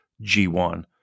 G1